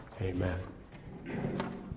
Amen